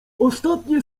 ostatnie